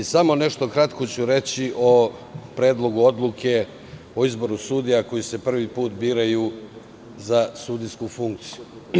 Samo nešto kratko ću reći o Predlogu odluke o izboru sudija koji se prvi put biraju za sudijsku funkciju.